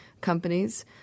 companies